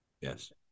Yes